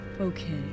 Okay